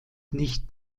nicht